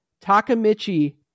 Takamichi